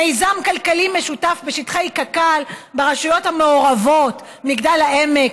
מיזם כלכלי משותף בשטחי קק"ל ברשויות המעורבות: מגדל העמק,